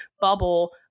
bubble